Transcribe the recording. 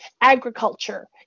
agriculture